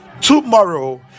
tomorrow